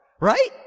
right